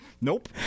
Nope